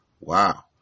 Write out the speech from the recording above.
Wow